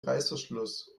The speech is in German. reißverschluss